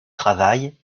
travail